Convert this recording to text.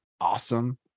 awesome